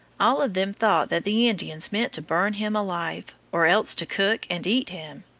all of them thought that the indians meant to burn him alive or else to cook and eat him.